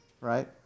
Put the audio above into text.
Right